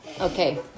Okay